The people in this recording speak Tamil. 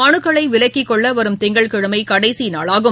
மனுக்களைவிலக்கிக் கொள்ளவரும் திங்கட்கிழமைகடைசிநாளாகும்